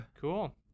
Cool